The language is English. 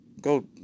go